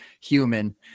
human